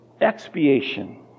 Expiation